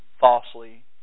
falsely